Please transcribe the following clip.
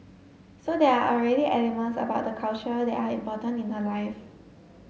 so there are already elements about the culture that are important in her life